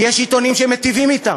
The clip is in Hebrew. כי יש עיתונים שמיטיבים אתם.